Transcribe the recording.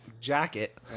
jacket